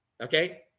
okay